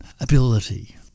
ability